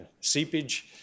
seepage